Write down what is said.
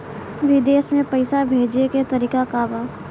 विदेश में पैसा भेजे के तरीका का बा?